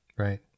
Right